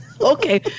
Okay